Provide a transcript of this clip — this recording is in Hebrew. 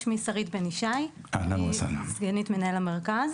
אני סגנית מנהל המרכז